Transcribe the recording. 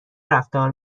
رفتار